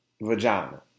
vagina